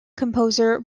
composer